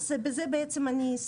אז בזה אני בעצם סיימתי,